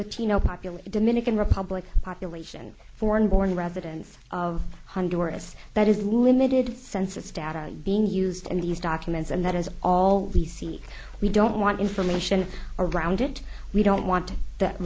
latino popular dominican republic population foreign born residents of honduras that is limited census data being used in these documents and that is all we seek we don't want information around it we don't want that